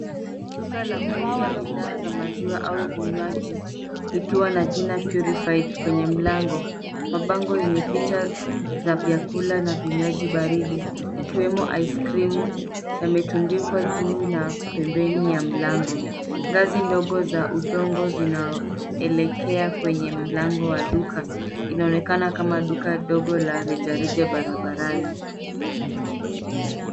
Duka la kuuza bidhaa za maziwa au vinywaji likiwa na jina purified kwenye mlango. Mabango yenye picha za vyakula na vinywaji baridi ikiwemo ice cream yametundikwa juu na pembeni ya mlango. Ngazi ndogo za udongo zinaelekea kwenye mlango wa duka. Inaonekana kama duka dogo la rejareja barabarani.